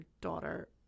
daughter